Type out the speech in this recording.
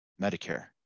Medicare